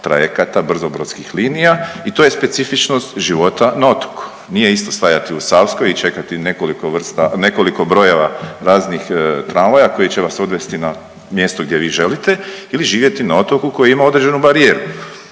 trajekata, brzobrodskih linija i to je specifičnost života na otoku. Nije isto stajati u Savskoj i čekati nekoliko vrsta, nekoliko brojeva raznih tramvaja koji će vas odvesti na mjesto gdje vi želite ili živjeti na otoku koji ima određenu barijeru.